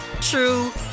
true